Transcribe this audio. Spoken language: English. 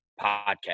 podcast